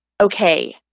okay